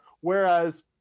whereas